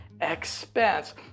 expense